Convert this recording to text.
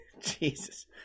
Jesus